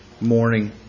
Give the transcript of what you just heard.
morning